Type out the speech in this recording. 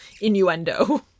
innuendo